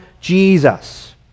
Jesus